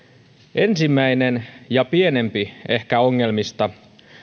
ensimmäinen ja ehkä pienempi ongelmista